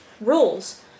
rules